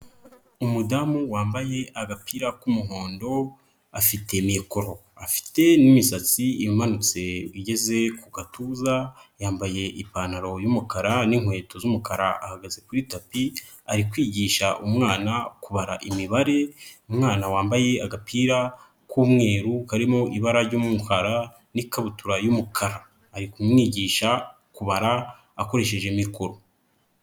Umudamu wambaye agapira k'umuhondo afite mikoro, afite n'imisatsi imanutse igeze ku gatuza yambaye ipantaro y'umukara n'inkweto z'umukara ahagaze kuri tapi ari kwigisha umwana kubara imibare umwana wambaye agapira k'umweru karimo ibara ry'umukara n'ikabutura y'umukara ari kumwigisha kubara akoresheje mikoro.